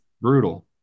Brutal